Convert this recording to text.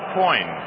coin